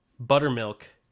buttermilk